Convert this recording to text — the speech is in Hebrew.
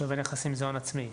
שווי הנכסים זה הון עצמי.